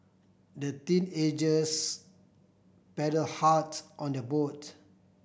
the teenagers paddle hard on their boat